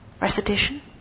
recitation